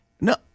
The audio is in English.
No